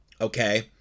okay